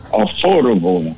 affordable